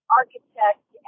architect